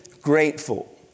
grateful